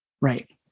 Right